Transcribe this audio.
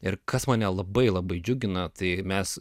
ir kas mane labai labai džiugina tai mes